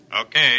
Okay